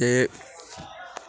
ते